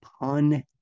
pun